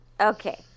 Okay